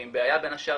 ועם בעיה בין השאר,